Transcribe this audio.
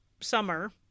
summer